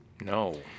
No